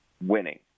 winning